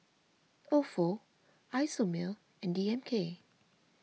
Ofo Isomil and D M K